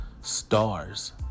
stars